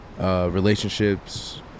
Relationships